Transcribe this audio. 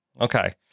Okay